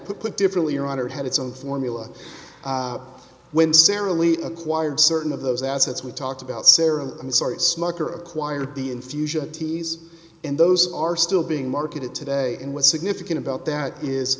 it put differently or honored had its own formula when sara lee acquired certain of those assets we talked about sara i'm sorry smucker acquired the infusion of teas and those are still being marketed today and what's significant about that is